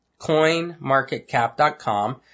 Coinmarketcap.com